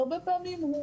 בהרבה פעמים,